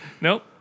nope